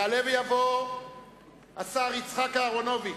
יעלה ויבוא השר יצחק אהרונוביץ,